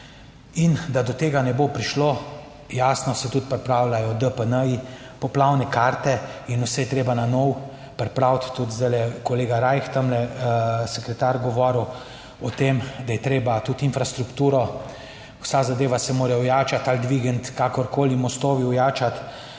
In da do tega ne bo prišlo, jasno, se tudi pripravljajo DPN, poplavne karte in vse je treba na novo pripraviti. Tudi zdajle je kolega Rajh, sekretar govoril o tem, da je treba tudi infrastrukturo, vsa zadeva se mora ojačati ali dvigniti, kakorkoli, mostovi ojačati,